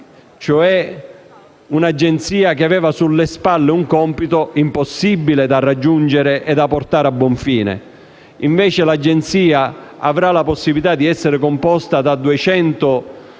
non avrà, quindi, sulle spalle un compito impossibile da raggiungere e da portare a buon fine. L'Agenzia avrà la possibilità di essere composta da 200